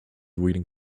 waiting